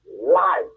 life